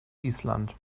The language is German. island